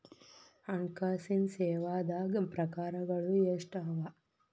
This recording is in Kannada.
ಹಣ್ಕಾಸಿನ್ ಸೇವಾದಾಗ್ ಪ್ರಕಾರ್ಗಳು ಎಷ್ಟ್ ಅವ?